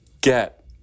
get